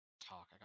talk